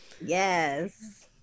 Yes